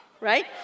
right